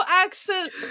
accent